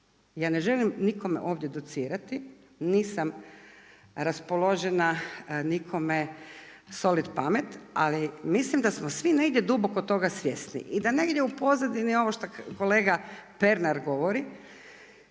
Ja ne želim nikome ovdje docirati, nisam raspoložena nikome soliti pamet, ali mislim da smo svi negdje duboko toga svjesni i da negdje u pozadini ovo što kolega Pernar govori,